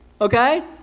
Okay